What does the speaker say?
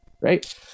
right